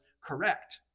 correct